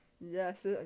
Yes